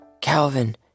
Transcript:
Calvin